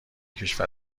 کشور